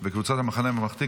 וקבוצת המחנה הממלכתי.